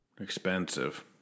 Expensive